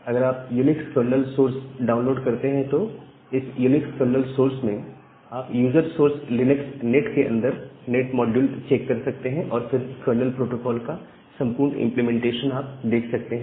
अगर आप Unix kernel source download करते हैं तो इस यूनिक्स कर्नल सोर्स में आप यूजर्स सोर्स लिनक्स नेट के अंदर नेट मॉड्यूल चेक कर सकते हैं और फिर कर्नल प्रोटोकोल स्टैक का संपूर्ण इंप्लीमेंटेशन आप देख सकते हैं